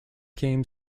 came